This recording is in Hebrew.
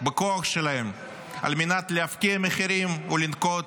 בכוח שלהן על מנת להפקיע מחירים ולנקוט